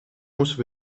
moesten